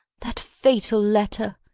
that fatal letter!